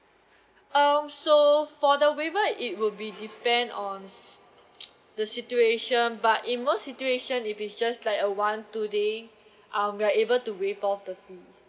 um so for the waiver it would be depend on the situation but in most situation if it's just like a one two day uh we are able to waive off the fee